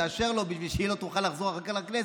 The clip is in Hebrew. תאשר לו בשביל שהיא לא תוכל לחזור אחר כך לכנסת.